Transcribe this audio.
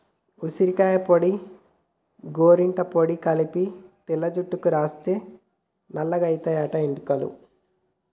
ఉసిరికాయ పొడి గోరింట పొడి కలిపి తెల్ల జుట్టుకు రాస్తే నల్లగాయితయి ఎట్టుకలు